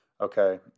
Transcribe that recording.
Okay